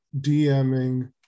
DMing